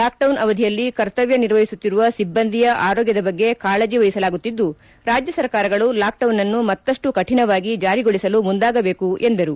lockdown ಅವಧಿಯಲ್ಲಿ ಕರ್ತವ್ಯ ನಿರ್ವಹಿಸುತ್ತಿರುವ ಸಿಬ್ಬಂದಿಯ ಆರೋಗ್ಯದ ಬಗ್ಗೆ ಕಾಳಜಿ ವಹಿಸಲಾಗುತ್ತಿದ್ದು ರಾಜ್ಯ ಸರ್ಕಾರಗಳು ಲಾಕ್ಡೌನ್ನನ್ನು ಮತ್ತಷ್ಟು ಕಠಿಣವಾಗಿ ಜಾರಿಗೊಳಿಸಲು ಮುಂದಾಗಬೇಕು ಎಂದರು